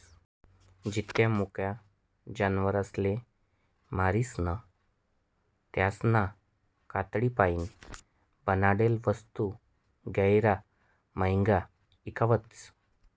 जित्ता मुका जनावरसले मारीसन त्यासना कातडीपाईन बनाडेल वस्तू गैयरा म्हांग्या ईकावतीस